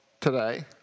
today